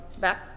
Back